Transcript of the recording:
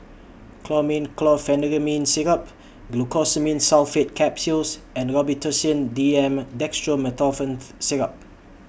Chlormine Chlorpheniramine Syrup Glucosamine Sulfate Capsules and Robitussin D M Dextromethorphan Syrup